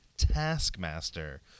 Taskmaster